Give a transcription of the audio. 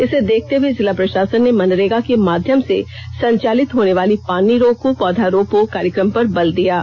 इसे देखते हुए जिला प्रषासन ने मनरेगा के माध्यम से संचालित होने वाले पानी रोको पौधा रोपा कार्यक्रम पर बल दिया है